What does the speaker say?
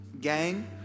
gang